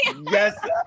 yes